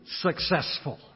successful